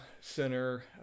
Center